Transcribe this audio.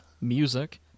music